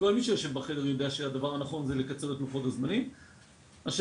אמצעים להפחתה של אבק פחם בשכונות החדשות כדי